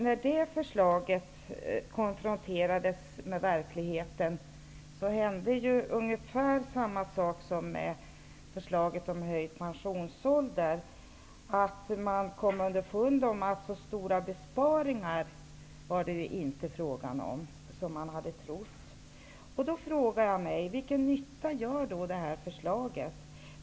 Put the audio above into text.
När det förslaget konfronterades med verkligheten hände ungefär samma sak som med förslaget om höjd pensionsålder. Man kom underfund med att det inte var fråga om så stora besparingar som man hade trott. Jag frågar mig därför vilken nytta det här förslaget kommer att göra.